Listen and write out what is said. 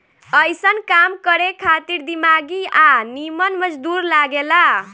अइसन काम करे खातिर दिमागी आ निमन मजदूर लागे ला